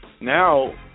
Now